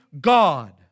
God